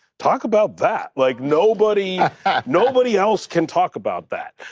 talk about that! like nobody nobody else can talk about that.